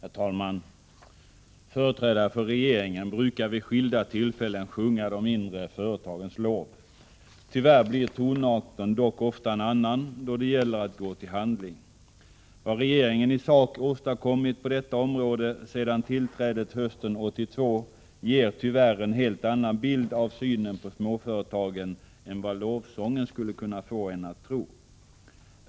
Herr talman! Företrädare för regeringen brukar vid skilda tillfällen sjunga de mindre företagens lov. Tyvärr blir tonarten dock ofta en annan då det gäller att gå till handling. Vad regeringen i sak åstadkommit på detta område sedan tillträdet hösten 1982 ger tyvärr en helt annan bild av synen på småföretagen än vad lovsången skulle kunna få en att tro.